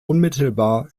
unmittelbar